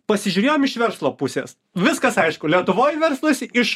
pasižiūrėjom iš verslo pusės viskas aišku lietuvoj verslas iš